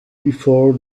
before